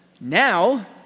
now